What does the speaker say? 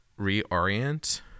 reorient